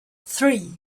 three